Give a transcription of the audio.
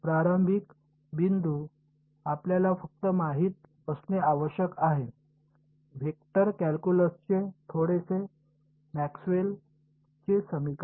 प्रारंभिक बिंदू आपल्याला फक्त माहित असणे आवश्यक आहे वेक्टर कॅल्क्यूलसचे थोडेसे मॅक्सवेल चे समीकरण